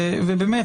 ובאמת,